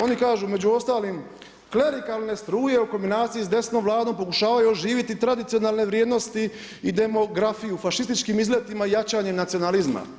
Oni kažu među ostalim, klerikalne struje u kombinaciji s desnom Vladom pokušavaju oživjeti tradicionalne vrijednosti i demografiju fašističkim izletima i jačanje nacionalizma.